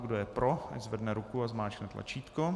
Kdo je pro, ať zvedne ruku a zmáčkne tlačítko.